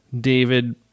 David